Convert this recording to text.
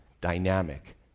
Dynamic